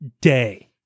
day